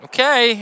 Okay